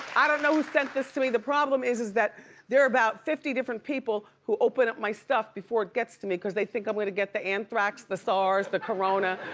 i don't know who sent this to me. the problem is is that there are about fifty different people who open up my stuff before it gets to me cause they think i'm gonna get the anthrax, the sars, the corona,